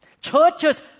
Churches